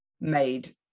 made